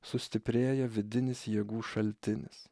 sustiprėja vidinis jėgų šaltinis